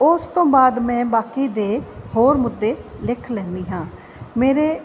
ਉਸ ਤੋਂ ਬਾਅਦ ਮੈਂ ਬਾਕੀ ਦੇ ਹੋਰ ਮੁੱਦੇ ਲਿਖ ਲੈਂਦੀ ਹਾਂ ਮੇਰੇ